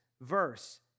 verse